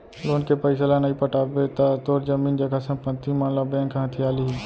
loan के पइसा ल नइ पटाबे त तोर जमीन जघा संपत्ति मन ल बेंक ह हथिया लिही